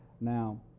Now